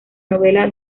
novela